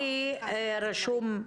חני, אתם ארגון מייצג גנים או הורים?